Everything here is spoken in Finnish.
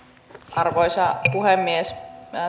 arvoisa puhemies